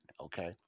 okay